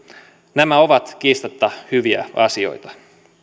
nämä ovat kiistatta hyviä asioita